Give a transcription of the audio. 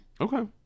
Okay